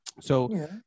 So-